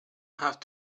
have